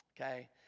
Okay